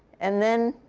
and then,